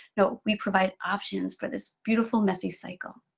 no, we provide options for this beautiful messy cycle.